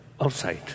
outside